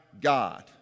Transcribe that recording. God